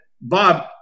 Bob